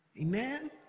Amen